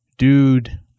dude